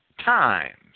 times